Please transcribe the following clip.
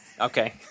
Okay